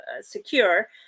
secure